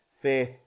faith